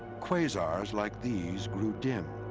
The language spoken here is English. quasars like these grew dim.